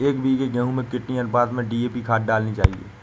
एक बीघे गेहूँ में कितनी अनुपात में डी.ए.पी खाद डालनी चाहिए?